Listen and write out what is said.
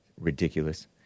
Ridiculous